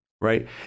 right